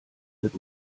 wird